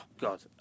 God